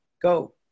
Go